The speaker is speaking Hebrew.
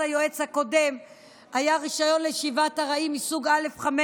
היועץ הקודם היה רישיון לישיבת ארעי מסוג א/5.